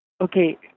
Okay